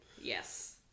Yes